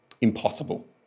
impossible